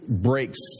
breaks